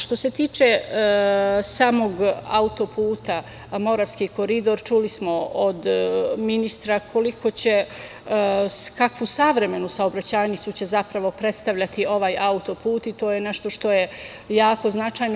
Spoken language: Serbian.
Što se tiče samog autoputa Moravski koridor, čuli smo od ministra koliko će, kakvu savremenu saobraćajnicu će zapravo predstavljati ovaj autoput i to je nešto što je jako značajno.